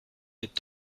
est